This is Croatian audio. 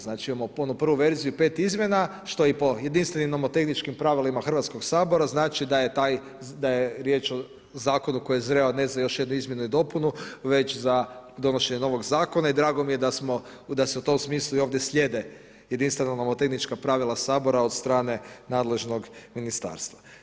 Znači imamo onu prvu verziju i pet izmjena što i po jedinstvenim i nomotehničkim pravilima Hrvatskog sabora znači da je riječ o zakonu koji je zreo ne za još jednu izmjenu i dopunu već za donošenje novog zakona i drago mi je da se u tom smislu ovdje i slijede jedinstvena nomotehnička pravila Sabora od strane nadležnog ministarstva.